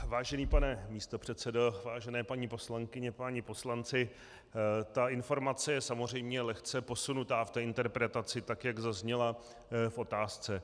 Vážený pane místopředsedo, vážené paní poslankyně, páni poslanci, informace je samozřejmě lehce posunuta v té interpretaci, tak jak zazněla v otázce.